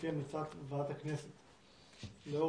אני מתכבד לפתוח את ישיבת ועדת המדע והטכנולוגיה.